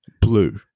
Blue